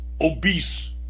obese